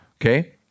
okay